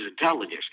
intelligence